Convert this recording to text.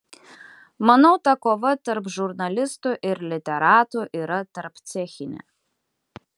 manau ta kova tarp žurnalistų ir literatų yra tarpcechinė